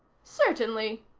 certainly,